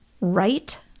right